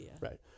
Right